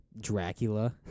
Dracula